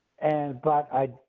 and but i,